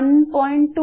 32